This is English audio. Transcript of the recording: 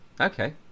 Okay